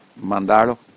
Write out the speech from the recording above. mandarlo